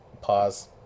pause